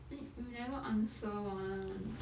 then you never answer [one]